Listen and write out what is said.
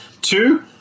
Two